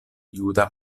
juda